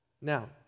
Now